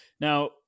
Now